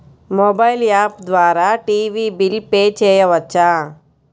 Mobile app ద్వారా TV bill pay చేయవచ్చా?